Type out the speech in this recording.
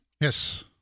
Yes